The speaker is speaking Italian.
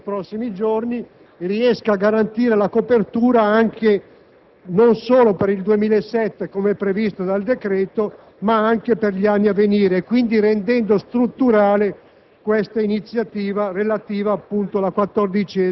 Mi auguro che la finanziaria che esamineremo nei prossimi giorni riesca a garantire la copertura non solo per il 2007, come previsto dal decreto, ma anche per gli anni a venire, rendendo strutturale